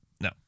no